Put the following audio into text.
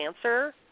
answer